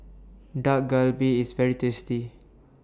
Dak Galbi IS very tasty